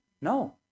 No